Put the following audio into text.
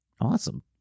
Awesome